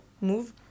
move